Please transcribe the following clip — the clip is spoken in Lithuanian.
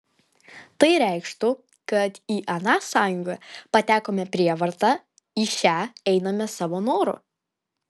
tai reikštų kad į aną sąjungą patekome prievarta į šią einame savo noru